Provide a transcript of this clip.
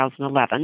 2011